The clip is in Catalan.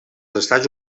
estats